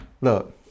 look